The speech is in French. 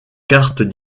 cartes